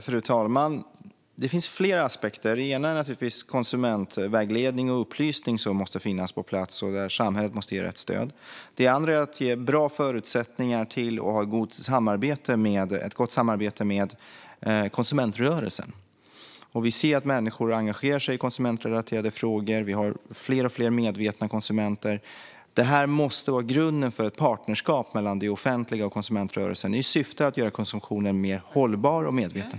Fru talman! Det finns flera aspekter. En är naturligtvis konsumentvägledning och upplysning, som måste finnas på plats. Där måste samhället ge rätt stöd. En annan är att ge bra förutsättningar för och ha ett gott samarbete med konsumentrörelsen. Vi ser att människor engagerar sig i konsumentrelaterade frågor, och vi har fler och fler medvetna konsumenter. Detta måste vara grunden för ett partnerskap mellan det offentliga och konsumentrörelsen, i syfte att göra konsumtionen mer hållbar och medveten.